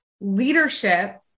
leadership